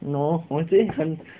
no 我已经很